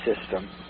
system